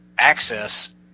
access